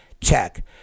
Check